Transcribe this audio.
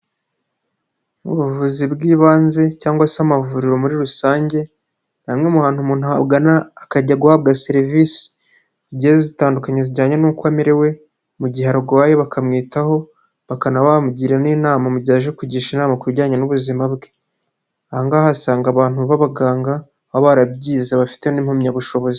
Ubuvuzi bw'ibanze cyangwa se amavuriro muri rusange ni hamwe mu hantu umuntu agana akajya guhabwa serivisi zitandukanye zijyanye n'uko amerewe mu gihe arwaye bakamwitaho, bakana bamugira n'inama mu gihe aje kugisha inama ku bijyanye n'ubuzima bwe, aha ngaha ahasanga abantu b'abaganga baba barabyize bafite n'impamyabushobozi.